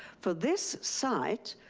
for this site,